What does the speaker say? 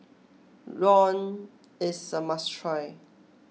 Rawon is a must try